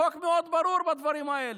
החוק מאוד ברור בדברים האלה.